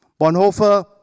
Bonhoeffer